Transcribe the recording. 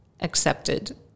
accepted